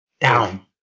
Down